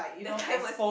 that time was